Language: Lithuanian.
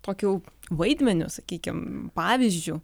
tokiu vaidmeniu sakykim pavyzdžiu